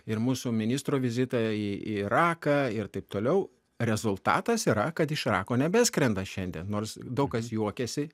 ir mūsų ministro vizitą į iraką ir taip toliau rezultatas yra kad iš irako nebeskrenda šiandien nors daug kas juokėsi